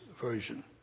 Version